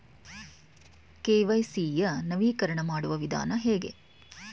KYC ಯ ನವೀಕರಣ ಮಾಡುವ ವಿಧಾನ ಹೇಗೆ?